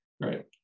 Right